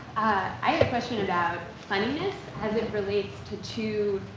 i have a question about funniness as it relates to two,